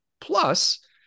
Plus